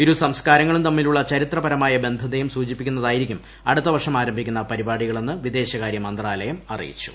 ഇരു സൂംസ്ക്കാരങ്ങളും തമ്മിലുള്ള ചരിത്രപരമായ ബന്ധത്തെയും സൂചിപ്പിക്കുന്നതായിരിക്കും അടുത്ത വർഷം ആരംഭിക്കുന്ന പരിപ്പാട്ടികളെന്ന് വിദേശകാര്യ മന്ത്രാലയം അറിയിച്ചു